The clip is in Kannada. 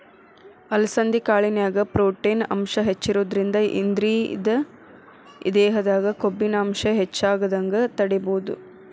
ಅಲಸಂಧಿ ಕಾಳಿನ್ಯಾಗ ಪ್ರೊಟೇನ್ ಅಂಶ ಹೆಚ್ಚಿರೋದ್ರಿಂದ ಇದ್ರಿಂದ ದೇಹದಾಗ ಕೊಬ್ಬಿನಾಂಶ ಹೆಚ್ಚಾಗದಂಗ ತಡೇಬೋದು